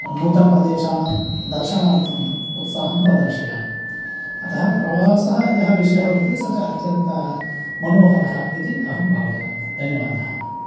नूतनप्रदेशानां दर्शनार्थम् उत्साहं प्रदर्शयामि अतः प्रवासः यः विषयः वर्तते स च अत्यन्त मनोहरः इति अहं भावयामि धन्यवादः